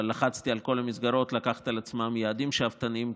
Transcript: אבל לחצתי על כל המסגרות לקחת על עצמן יעדים שאפתניים,